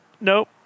Nope